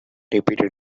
repeated